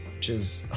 which is